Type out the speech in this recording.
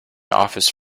office